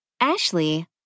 Ashley